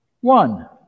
One